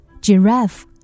Giraffe